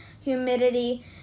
humidity